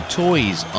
toys